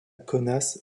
kaunas